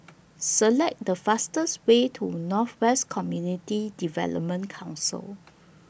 Select The fastest Way to North West Community Development Council